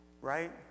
right